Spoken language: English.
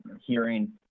hearing